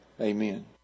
Amen